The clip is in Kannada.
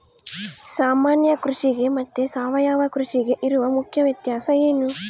ಸಾಮಾನ್ಯ ಕೃಷಿಗೆ ಮತ್ತೆ ಸಾವಯವ ಕೃಷಿಗೆ ಇರುವ ಮುಖ್ಯ ವ್ಯತ್ಯಾಸ ಏನು?